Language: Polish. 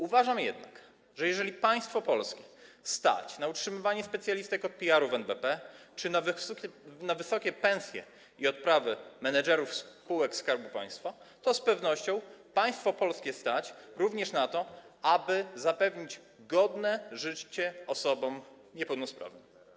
Uważam jednak, że jeżeli państwo polskie stać na utrzymywanie specjalistek od PR-u w NBP czy na wysokie pensje i odprawy menadżerów spółek Skarbu Państwa, to z pewnością państwo polskie stać również na to, aby zapewnić godne życie osobom niepełnosprawnym.